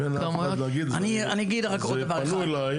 אני אגיד רק עוד דבר אחד.